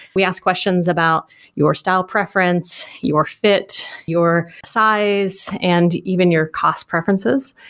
we ask questions about your style preference, your fit, your size and even your cost preferences.